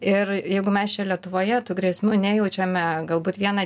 ir jeigu mes čia lietuvoje tų grėsmių nejaučiame galbūt vieną